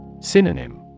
Synonym